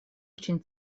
очень